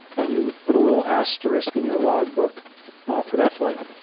and you put a little asterisk in your logbook for that flight.